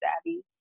savvy